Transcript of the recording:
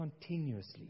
continuously